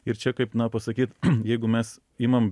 ir čia kaip na pasakyt jeigu mes imam